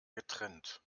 getrennt